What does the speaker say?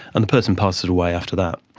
and the person passes away after that.